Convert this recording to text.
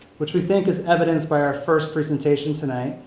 which we think is evidenced by our first presentation tonight,